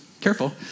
Careful